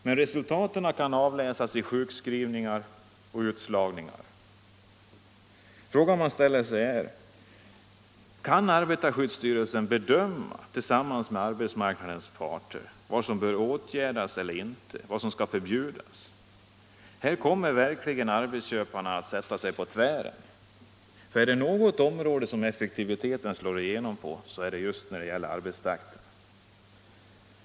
Men resultaten kan avläsas i sjukskrivningar och utslagningar. Man frågar sig om arbetarskyddsstyrelsen tillsammans med arbetsmarknadens parter kan bedöma vad som bör åtgärdas eller inte och vad som bör förbjudas. Här kommer verkligen arbetsköparna att sätta sig på tvären. Om det är något område som effektiviteten slår igenom på så är det just i fråga om arbetstakten.